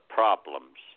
problems